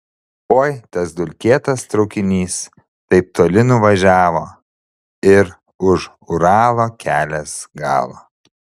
oi tas dulkėtas traukinys taip toli nuvažiavo ir už uralo kelias galo